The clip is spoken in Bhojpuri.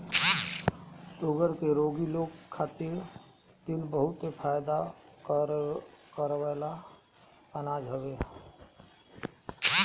शुगर के रोगी लोग खातिर तिल बहुते फायदा करेवाला अनाज हवे